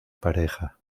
pareja